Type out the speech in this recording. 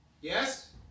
Yes